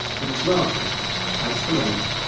but it's largely thanks to radar